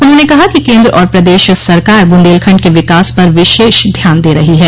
उन्होंने कहा कि केन्द्र और प्रदेश सरकार बुन्देलखंड के विकास पर विशेष ध्यान दे रही है